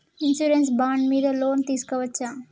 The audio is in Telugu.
ఇన్సూరెన్స్ బాండ్ మీద లోన్ తీస్కొవచ్చా?